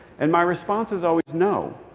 and my response is always no.